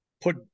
put